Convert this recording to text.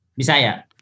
Bisaya